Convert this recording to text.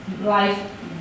life